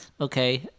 Okay